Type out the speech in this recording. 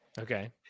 Okay